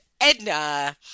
Edna